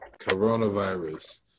coronavirus